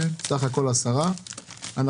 כך שאם